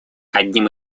одним